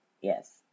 Yes